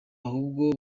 ahubwo